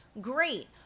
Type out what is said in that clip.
great